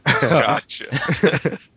Gotcha